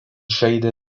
žaidė